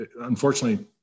unfortunately